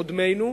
קודמינו,